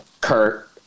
Kurt